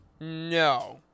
No